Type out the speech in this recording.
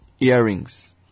earrings